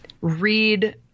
read